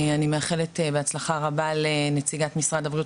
אני מאחלת בהצלחה רבה לנציגת משרד הבריאות